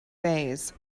fays